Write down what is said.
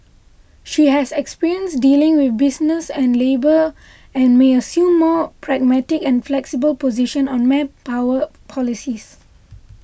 she has experience dealing with business and labour and may assume more pragmatic and flexible position on manpower policies